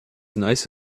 nice